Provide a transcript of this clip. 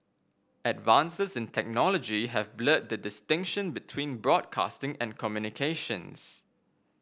advances in technology have blurred the distinction between broadcasting and communications